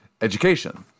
education